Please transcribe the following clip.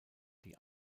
die